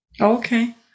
Okay